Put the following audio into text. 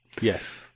Yes